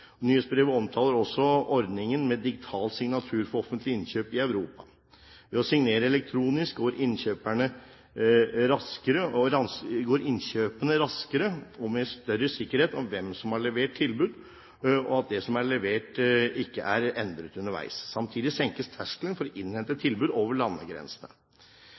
Nyhetsbrevet omtaler også ordningen med digital signatur for offentlige innkjøp i Europa. Ved å signere elektronisk går innkjøpene raskere og med større sikkerhet om hvem som har levert tilbud, og om at det som er levert, ikke er endret underveis. Samtidig senkes terskelen for å innhente tilbud over landegrensene.